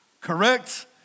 Correct